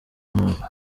ubumuntu